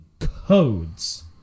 Codes